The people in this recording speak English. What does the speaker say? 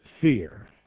fear